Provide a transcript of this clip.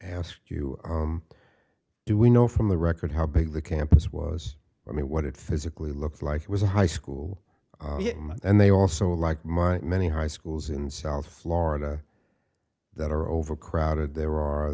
asked you do we know from the record how big the campus was i mean what it physically looks like it was a high school and they also like mine many high schools in south florida that are overcrowded there are